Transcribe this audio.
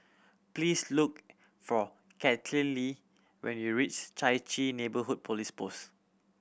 please look for Kathaleen when you reach Chai Chee Neighbourhood Police Post